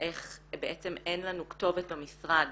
איך בעצם אין לנו כתובת במשרד